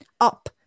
up